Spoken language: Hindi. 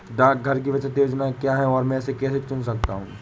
डाकघर की बचत योजनाएँ क्या हैं और मैं इसे कैसे चुन सकता हूँ?